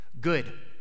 Good